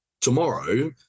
tomorrow